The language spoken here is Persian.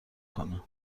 کنه